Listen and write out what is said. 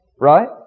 Right